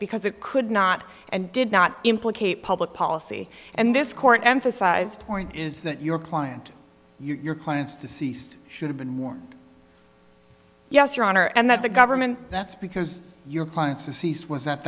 because it could not and did not implicate public policy and this court emphasized point is that your client your clients deceased should have been more yes your honor and that the government that's because your clients to cease was at that